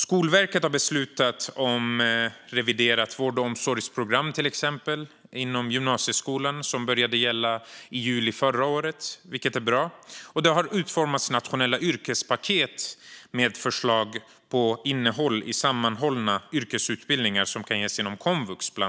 Skolverket har beslutat om ett reviderat vård och omsorgsprogram inom gymnasieskolan, som började gälla i juli förra året. Det är bra. Det har utformats nationella yrkespaket med förslag på innehåll i sammanhållna yrkesutbildningar som kan ges inom komvux.